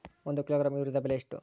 ಒಂದು ಕಿಲೋಗ್ರಾಂ ಯೂರಿಯಾದ ಬೆಲೆ ಎಷ್ಟು?